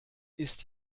ist